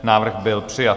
Návrh byl přijat.